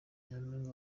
nyampinga